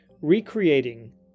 recreating